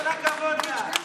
ממו, כל הכבוד לה.